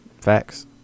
Facts